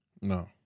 No